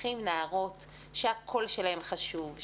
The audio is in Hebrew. נערות שהקול שלהן חשוב,